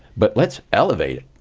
but let's elevate it.